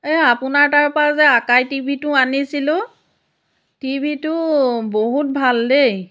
এই আপোনাৰ তাৰপৰা যে আকাই টিভিতো আনিছিলোঁ টিভিটো বহুত ভাল দেই